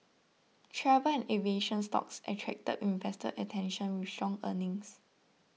travel and aviation stocks attracted investor attention with strong earnings